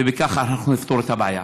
ובכך אנחנו נפתור את הבעיה.